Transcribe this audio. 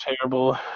terrible